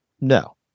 No